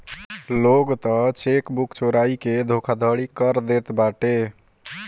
लोग तअ चेकबुक चोराई के धोखाधड़ी कर देत बाटे